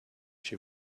she